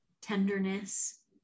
tenderness